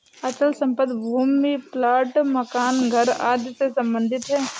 अचल संपत्ति भूमि प्लाट मकान घर आदि से सम्बंधित है